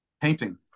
Painting